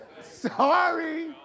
Sorry